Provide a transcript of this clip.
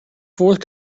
fourth